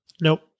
Nope